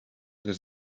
does